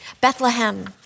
Bethlehem